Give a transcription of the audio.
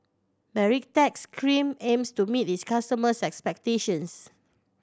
Baritex Cream aims to meet its customers' expectations